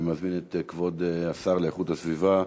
אני מזמין את כבוד השר לאיכות הסביבה,